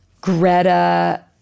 Greta